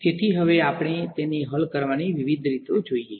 તેથી હવે આપણે તેમને હલ કરવાની વિવિધ રીતો જોઈએ